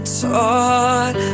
taught